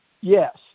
yes